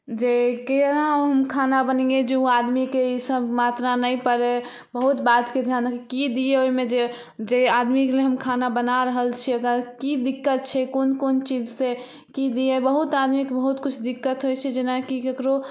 जे केना हम खाना बनैयै जे ओ आदमीके ई सब मात्रा नहि पड़ै बहुत बातके ध्यान रखे की दियै जे जे आदमीके लेल खाना बना रहल छी ओकरा की दिक्कत छै कोन कोन चीज से की दियै बहुत आदमीके बहुत कुछ दिक्कत होइ छै जेनाकि केकरो